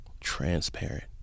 transparent